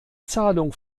zahlung